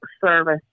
service